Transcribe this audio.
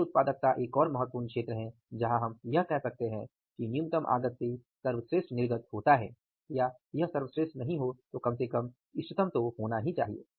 इसलिए उत्पादकता एक और महत्वपूर्ण क्षेत्र है जहाँ हम यह कह सकते हैं कि न्यूनतम आगत से सर्वश्रेष्ठ निर्गत होता है या यह सर्वश्रेष्ठ नहीं तो कम से कम इष्टतम होना चाहिए